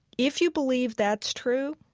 if you believe that's true,